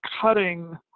cutting